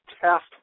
test